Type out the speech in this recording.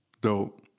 Dope